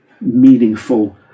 meaningful